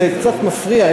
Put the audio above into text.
זה קצת מפריע,